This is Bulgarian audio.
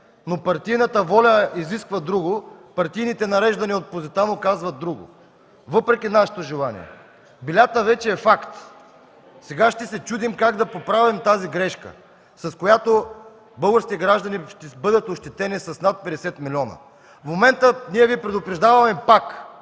но партийната воля изисква друго, партийните нареждания от „Позитано” казват друго, въпреки нашето желание.” Белята вече е факт. Сега ще се чудим как да поправим тази грешка, заради която българските граждани ще бъдат ощетени с над 50 милиона. В момента Ви предупреждаваме пак: